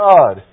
God